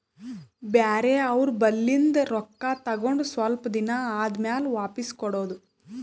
ಬ್ಯಾರೆ ಅವ್ರ ಬಲ್ಲಿಂದ್ ರೊಕ್ಕಾ ತಗೊಂಡ್ ಸ್ವಲ್ಪ್ ದಿನಾ ಆದಮ್ಯಾಲ ವಾಪಿಸ್ ಕೊಡೋದು